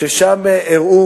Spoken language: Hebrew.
ושם הראו